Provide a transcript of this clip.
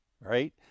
right